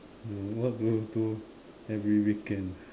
hmm what do you do every weekend